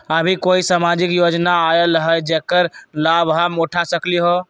अभी कोई सामाजिक योजना आयल है जेकर लाभ हम उठा सकली ह?